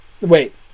Wait